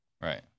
Right